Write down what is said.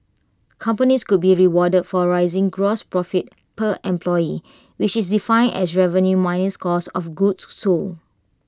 companies could be rewarded for raising gross profit per employee which is defined as revenue minus cost of goods sold